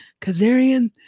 Kazarian